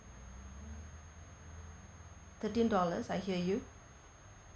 thirteen dollars I hear you